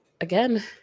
again